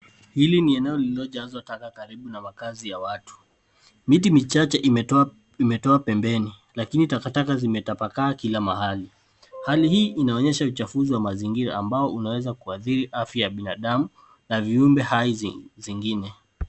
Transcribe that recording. Hili ni eneo lililojazwa taka karibu na makazi ya watu. Miti michache imetoa pembeni, lakini takataka zimetapakaa kila mahali. Hali hii inaonyesha uchafuzi wa mazingira ambao unaweza kuathiri afya ya binadamu, na viumbe hai zingine.